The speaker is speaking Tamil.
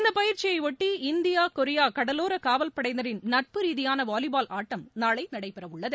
இந்த பயிற்சியையொட்டி இந்தியா கொரியா கடலோர காவல் படையினரின் நட்பு ரீதியான வாலிபால் ஆட்டம் நாளை நடைபெற உள்ளது